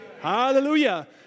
Hallelujah